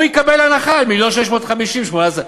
יקבל על מיליון ו-650,000.